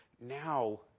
Now